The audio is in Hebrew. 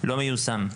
לא מיושם.